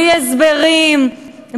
בלי הסברים,